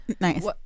Nice